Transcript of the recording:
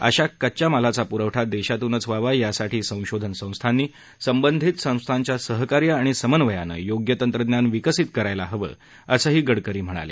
अशा कच्च्या मालाचा पुखठा देशातूनच व्हावा यासाठी संशोधन संस्थांनी संबधित संस्थांच्या सहकार्य आणि समन्वयानं योग्य तंत्रज्ञान विकसित करायला हवं असंही गडकरी म्हणाले